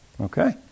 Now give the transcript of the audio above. Okay